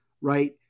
right